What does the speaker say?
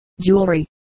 jewelry